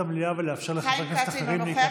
המליאה ולאפשר לחברי כנסת אחרים להיכנס.